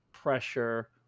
pressure